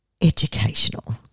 educational